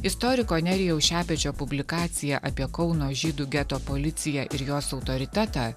istoriko nerijaus šepečio publikaciją apie kauno žydų geto policiją ir jos autoritetą